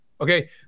Okay